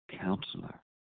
counselor